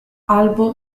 albo